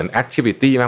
activity